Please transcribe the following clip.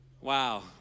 Wow